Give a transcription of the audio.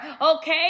Okay